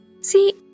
See